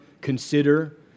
consider